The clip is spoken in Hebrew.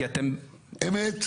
אמת?